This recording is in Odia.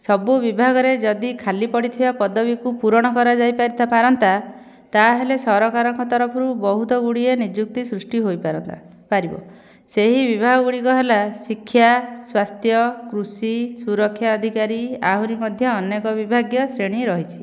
ସବୁ ବିଭାଗରେ ଯଦି ଖାଲି ପଡ଼ିଥିବା ପଦବୀକୁ ପୁରଣ କରାଯାଇ ପାରନ୍ତା ତାହେଲେ ସରକାରଙ୍କ ତରଫରୁ ବହୁତ ଗୁଡ଼ିଏ ନିଯୁକ୍ତି ସୃଷ୍ଟି ହୋଇପାରନ୍ତା ପାରିବ ସେହି ବିଭାଗ ଗୁଡ଼ିକ ହେଲା ଶିକ୍ଷା ସ୍ୱାସ୍ଥ୍ୟ କୃଷି ସୁରକ୍ଷା ଅଧିକାରୀ ଆହୁରି ମଧ୍ୟ ଅନେକ ବିଭାଗୀୟ ଶ୍ରେଣୀ ରହିଛି